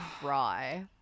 cry